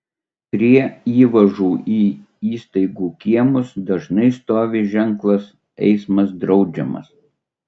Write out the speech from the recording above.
prie įvažų į įstaigų kiemus dažnai stovi ženklas eismas draudžiamas